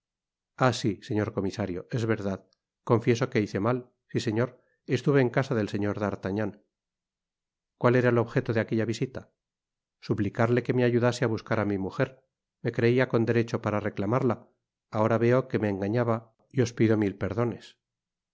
sí señor comisario es verdad confieso que hice mal si señor estuve en casa del señor d'artagnan cual era el objeto de aquella visita suplicarle que me ayudase á buscar á mi mujer me creía con derecho para reclamarla ahora veo que me engañaba y os pido mil perdones